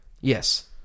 yes